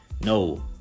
No